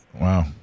Wow